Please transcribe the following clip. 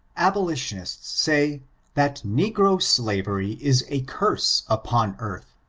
abolitionists say that negro slavery is a curse upon earth,